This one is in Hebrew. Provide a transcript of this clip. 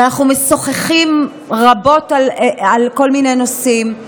ואנחנו משוחחים רבות על כל מיני נושאים,